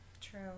True